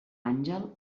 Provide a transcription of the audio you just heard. àngel